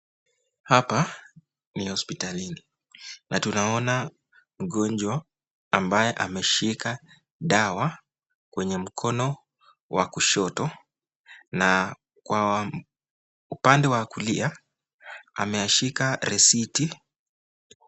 Hapa ni hospitali , na tunaona mgonjwa ambaye ameshika dawa kwenye mkono wa kushoto na upande wa kulia ameshika resiti.